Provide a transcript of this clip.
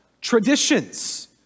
traditions